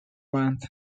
land